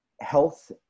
health